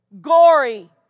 gory